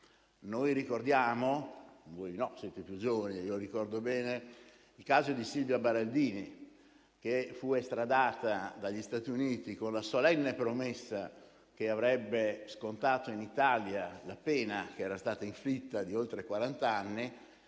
Noi ricordiamo - voi no, siete più giovani, ma io lo ricordo bene - il caso di Silvia Baraldini, che fu estradata dagli Stati Uniti con la solenne promessa che avrebbe scontato in Italia la pena che le era stata inflitta di oltre